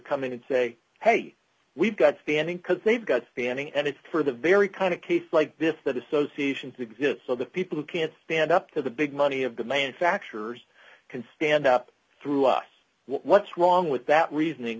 come in and say hey we've got standing because they've got standing and it's for the very kind of case like this that association to give so that people who can't stand up to the big money of demand factures can stand up through us what's wrong with that reason